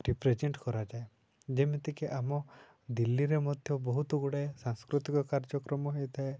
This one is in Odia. ରିପ୍ରେଜେଣ୍ଟ୍ କରାଯାଏ ଯେମିତିକି ଆମ ଦିଲ୍ଲୀରେ ମଧ୍ୟ ବହୁତ ଗୁଡ଼ାଏ ସାଂସ୍କୃତିକ କାର୍ଯ୍ୟକ୍ରମ ହେଇଥାଏ